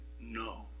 no